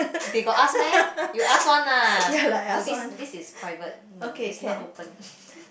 they got ask meh you ask one lah no this this is private no it's not open